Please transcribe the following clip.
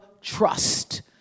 trust